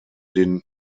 den